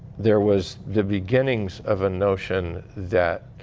there was the beginnings of a notion that